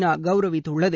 நா கவுரவித்துள்ளது